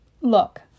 Look